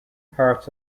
parts